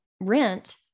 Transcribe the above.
rent